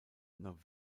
nach